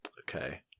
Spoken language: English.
Okay